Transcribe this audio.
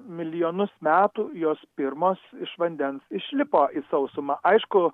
milijonus metų jos pirmos iš vandens išlipo į sausumą aišku